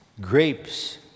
grapes